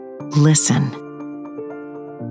listen